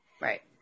Right